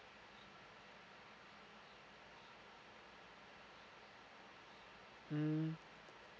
mm